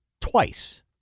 twice